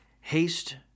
Haste